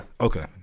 Okay